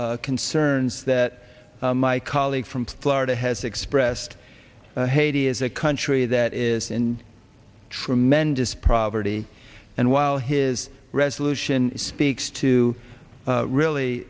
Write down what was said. concerns that my colleague from florida has expressed haiti is a country that is in tremendous property and while his resolution speaks to really